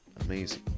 Amazing